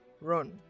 run